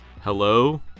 hello